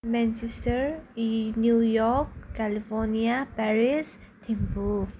Manchester New York California Paris Thimphu